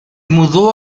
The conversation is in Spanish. mudó